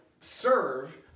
serve